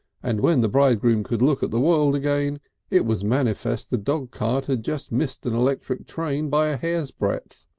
and when the bridegroom could look at the world again it was manifest the dog cart had just missed an electric tram by a hairsbreadth,